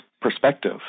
perspective